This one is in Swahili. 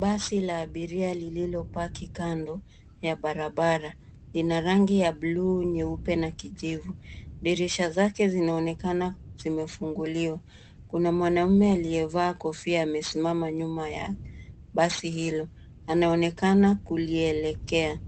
Basi la abiri lililopaki kando ya barabara. Ina rangi ya bluu, nyeupe na kijivu. Dirisha zake zinaonekana zimefunguliwa. Kuna mwanaume aliyevaa kofia amesimama nyuma ya basi hilo, anaonekana kulielekea.